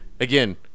again